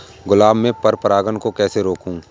गुलाब में पर परागन को कैसे रोकुं?